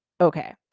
Okay